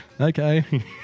Okay